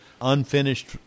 unfinished